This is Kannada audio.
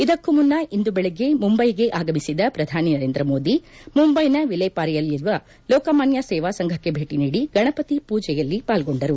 ಇದಕ್ಕೂ ಮುನ್ನ ಇಂದು ಬೆಳಗ್ಗೆ ಮುಂಬೈಗೆ ಆಗಮಿಸಿದ ಪ್ರಧಾನಿ ನರೇಂದ್ರ ಮೋದಿ ಮುಂಬೈನ ವಿಲೆಪಾರ್ಲೆಯಲ್ಲಿರುವ ಲೋಕಮಾನ್ನ ಸೇವಾ ಸಂಘಕ್ಕೆ ಭೇಟಿ ನೀಡಿ ಗಣಪತಿ ಪೂಜೆಯಲ್ಲಿ ಪಾಲ್ಗೊಂಡಿದ್ದರು